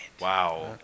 wow